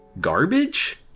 Garbage